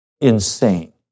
insane